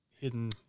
hidden